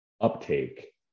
uptake